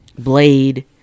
blade